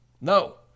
No